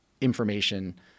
information